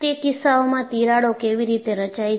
તે કિસ્સાઓમાં તિરાડો કેવી રીતે રચાય છે